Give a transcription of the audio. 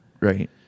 Right